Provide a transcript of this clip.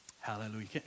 Hallelujah